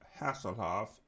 Hasselhoff